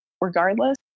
regardless